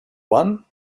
one